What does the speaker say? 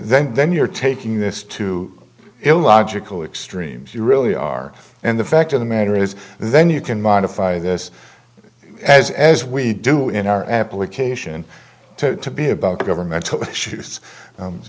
then then you're taking this to illogical extremes you really are and the fact of the matter is and then you can modify this as as we do in our application to be about governmental issues